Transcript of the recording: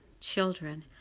Children